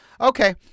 okay